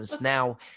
Now